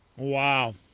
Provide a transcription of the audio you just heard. Wow